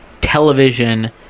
television